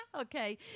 Okay